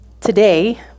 today